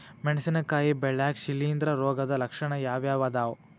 ಮೆಣಸಿನಕಾಯಿ ಬೆಳ್ಯಾಗ್ ಶಿಲೇಂಧ್ರ ರೋಗದ ಲಕ್ಷಣ ಯಾವ್ಯಾವ್ ಅದಾವ್?